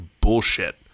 bullshit